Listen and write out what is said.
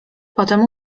potem